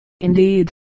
Indeed